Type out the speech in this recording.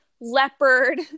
leopard